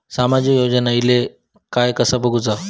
सामाजिक योजना इले काय कसा बघुचा?